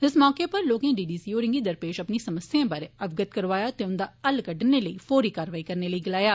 इस मौके पर लोकें डीडीसी होरें गी दरपेष अपनी समस्याएं बारै अवगत करवाया ते उंदा हल कड्डने लेई फौरी कार्रवाई लेई गलाया